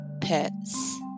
pets